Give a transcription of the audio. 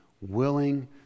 willing